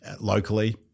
Locally